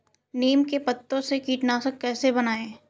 नीम के पत्तों से कीटनाशक कैसे बनाएँ?